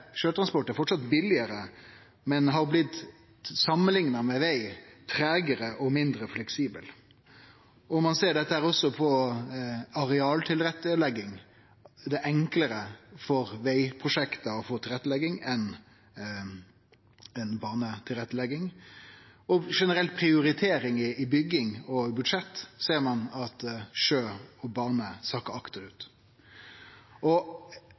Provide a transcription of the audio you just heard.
Sjøtransport er framleis billigare, men samanlikna med vegtransport har han blitt treigare og mindre fleksibel. Dette ser ein også på arealtilrettelegging. Det er enklare å få tilrettelegging for vegprosjekt enn for baneprosjekt. Og når det gjeld generell prioritering innan bygging og budsjett, ser ein at sjø og bane sakkar akterut.